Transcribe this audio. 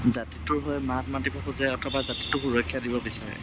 জাতিটোৰ হৈ মাত মাতিব খোজে অথবা জাতিটোক সুৰক্ষা দিব বিচাৰে